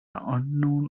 unknown